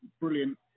brilliant